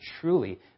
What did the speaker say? truly